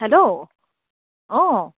hello অ'